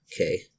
okay